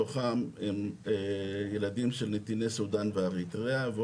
מתוכם הם ילדים של נתיני סודן ואריתריאה.